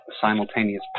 simultaneous